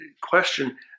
question